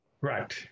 Right